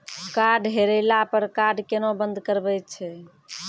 Card हेरैला पर card केना बंद करबै छै?